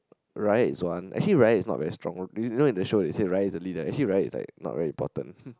riot is one actually riot is not very strong you know in the show it said riot is the leader actually riot is like not very important